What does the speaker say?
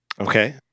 Okay